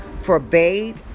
forbade